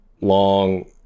long